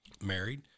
married